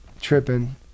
tripping